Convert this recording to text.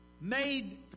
made